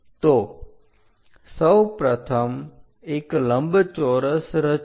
તો સૌપ્રથમ એક લંબચોરસ રચો